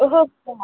ओहो